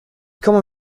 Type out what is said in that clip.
common